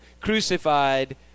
crucified